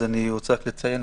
אז אני רוצה רק לציין,